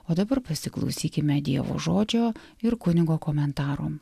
o dabar pasiklausykime dievo žodžio ir kunigo komentarų